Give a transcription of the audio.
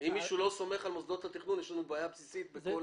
אם מישהו לא סומך על מוסדות התכנון אז יש לנו בעיה בסיסית בכל